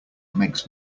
makes